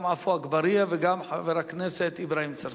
גם עפו אגבאריה וגם חבר הכנסת אברהים צרצור.